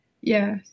yes